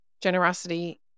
Generosity